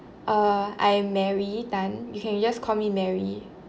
uh I am mary tan you can you just call me mary